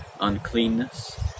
uncleanness